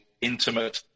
intimate